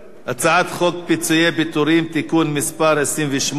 הצעת חוק פיצויי פיטורים (תיקון מס' 28)